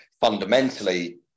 fundamentally